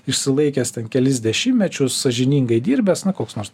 išsilaikęs ten kelis dešimtmečius sąžiningai dirbęs na koks nors